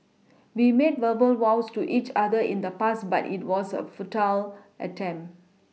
we made verbal vows to each other in the past but it was a futile attempt